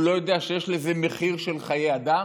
הוא לא יודע שיש לזה מחיר של חיי אדם?